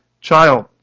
child